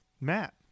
Matt